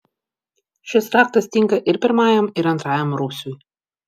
šis raktas tinka ir pirmajam ir antrajam rūsiui